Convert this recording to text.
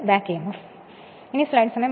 ഇതാണ് back EMF